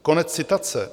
Konec citace.